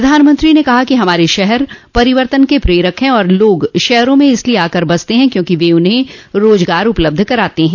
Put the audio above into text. प्रधानमंत्री ने कहा कि हमारे शहर परिवर्तन के प्रेरक हैं और लोग शहरो में इसलिए आकर बसते हैं क्योंकि वे उन्हें रोजगार उपलब्ध करात हैं